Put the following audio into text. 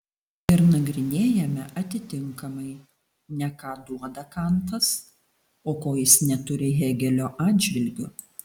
ir nagrinėjame atitinkamai ne ką duoda kantas o ko jis neturi hėgelio atžvilgiu